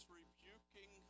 rebuking